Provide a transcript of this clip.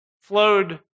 flowed